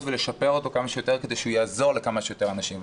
ולשפר אותה כמה שיותר כדי שהיא תעזור לכמה שיותר אנשים,